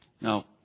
Now